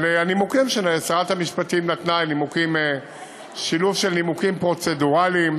אבל הנימוקים ששרת המשפטים נתנה הם שילוב של נימוקים פרוצדורליים